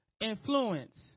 influence